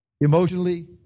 emotionally